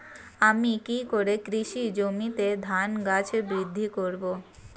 আমি কী করে কৃষি জমিতে ধান গাছ বৃদ্ধি করব?